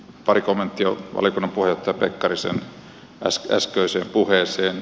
pari kommenttia valiokunnan puheenjohtaja pekkarisen äskeiseen puheeseen